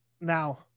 Now